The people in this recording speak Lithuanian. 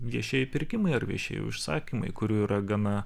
viešieji pirkimai ar viešieji užsakymai kurių yra gana